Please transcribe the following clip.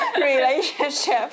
relationship